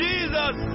Jesus